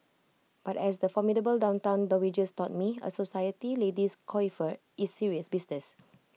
but as the formidable downtown dowagers taught me A society lady's coiffure is serious business